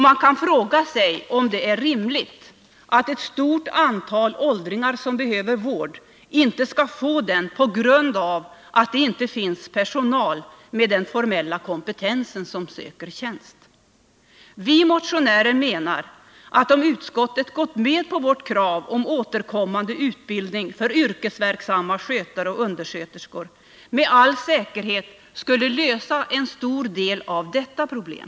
Man kan fråga sig om det är rimligt att ett stort antal åldringar som behöver vård inte skall få denna på grund av att det inte finns personal med fullgod kompetens som söker tjänsterna. Vi motionärer menar att om utskottet hade gått med på vårt krav på återkommande utbildning för yrkesverksamma skötare och undersköterskor, skulle det med all säkerhet ha löst en del av detta problem.